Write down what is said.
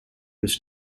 was